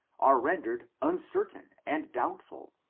are rendered uncertain and doubtful.